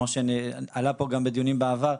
עלה פה גם בדיונים בעבר.